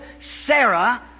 Sarah